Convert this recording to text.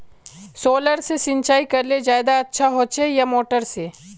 Solar से सिंचाई करले ज्यादा अच्छा होचे या मोटर से?